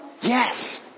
Yes